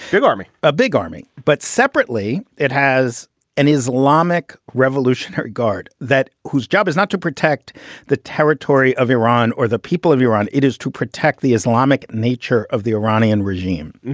big army. a big army. but separately, it has an islamic revolutionary guard that whose job is not to protect the territory of iran or the people of iran. it is to protect the islamic nature of the iranian regime.